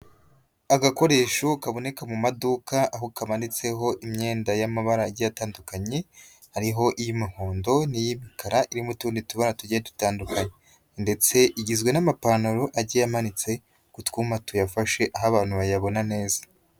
Agakoresho kaboneka mu maduka aho kamanitseho imyenda y'amabara atandukanye hariho iy'umihondo n'iyimikara irimo utundi tubara tugiye dutandukanye ndetse igizwe n'amapantaro agiye amanitse ku twuma tuyafashe aho abantu bayabona neza.